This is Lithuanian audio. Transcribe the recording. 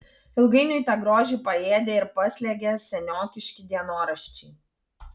ilgainiui tą grožį paėdė ir paslėgė seniokiški dienoraščiai